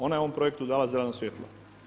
Ona je ovom projektu dala zeleno svijetlo.